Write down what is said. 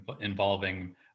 involving